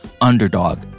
Underdog